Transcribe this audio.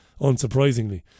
unsurprisingly